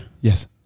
Yes